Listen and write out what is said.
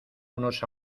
unos